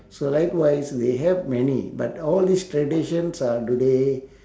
so likewise they have many but all these traditions are today